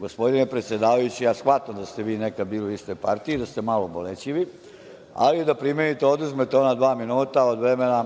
gospodine predsedavajući, ja shvatam da ste vi nekada bili u istoj partiji i da ste malo bolećivi, ali da primenite Poslovnik i da oduzmete ona dva minuta od vremena